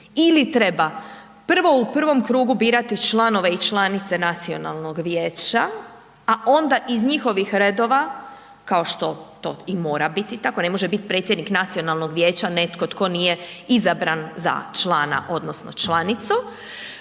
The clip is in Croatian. Ili treba prvo u prvom krugu birate članove i članice nacionalnog vijeća a onda iz njihovih redova kao što to i mora biti tako, ne može biti predsjednik nacionalnog vijeća netko tko nije izabran za člana odnosno članicu,